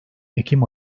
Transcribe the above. ekim